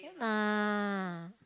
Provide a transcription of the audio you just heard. ah